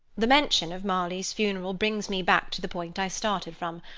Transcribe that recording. the mention of marley's funeral brings me back to the point i started from.